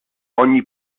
ogni